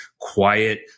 quiet